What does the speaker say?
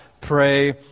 pray